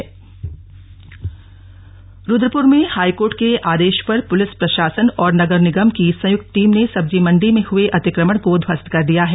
अतिक्रमण हटाया रुद्रपुर में हाईकोर्ट के आदेश पर पुलिस प्रशासन और नगर निगम की सयुक्त टीम ने सब्जी मंडी में हुए अतिक्रमण को ध्वस्त कर दिया है